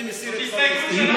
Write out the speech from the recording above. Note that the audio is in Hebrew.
אני מסיר את כל ההסתייגויות.